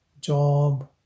job